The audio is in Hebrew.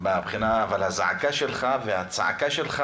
אבל הזעקה והצעקה שלך